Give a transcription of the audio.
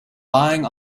lying